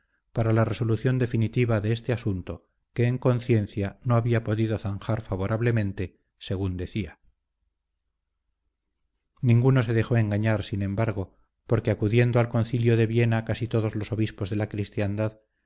para la resolución definitiva de este asunto que en conciencia no había podido zanjar favorablemente según decía ninguno se dejó engañar sin embargo porque acudiendo al concilio de viena casi todos los obispos de la cristiandad